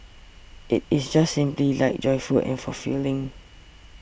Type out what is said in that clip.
it is just simply light joyful and fulfilling